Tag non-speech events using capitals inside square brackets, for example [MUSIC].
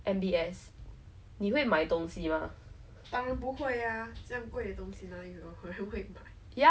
I remember 我只要吃 [NOISE] 那个牛奶吐司 err what's that called condensed milk toast ah